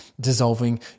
dissolving